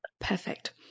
Perfect